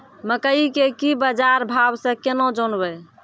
मकई के की बाजार भाव से केना जानवे?